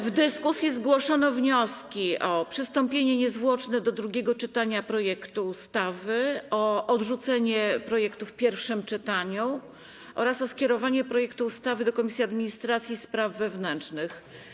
W dyskusji zgłoszono wnioski: o przystąpienie niezwłocznie do drugiego czytania projektu ustawy, o odrzucenie projektu w pierwszym czytaniu oraz o skierowanie projektu ustawy do Komisji Administracji i Spraw Wewnętrznych.